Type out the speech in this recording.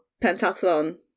pentathlon